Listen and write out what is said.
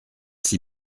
six